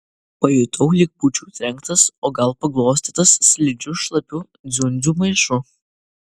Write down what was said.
pajutau lyg būčiau trenktas o gal paglostytas slidžiu šlapių dziundzių maišu